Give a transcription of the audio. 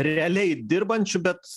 realiai dirbančių bet